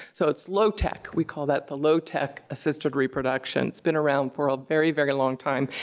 so, it's low-tech. we called that the low-tech assisted reproduction. it's been around for a very, very long time.